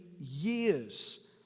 years